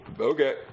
Okay